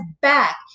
back